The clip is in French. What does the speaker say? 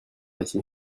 ici